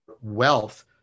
wealth